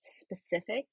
specific